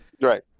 Right